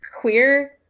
queer